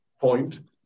point